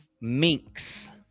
minks